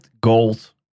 gold